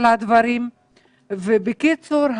בקיצור,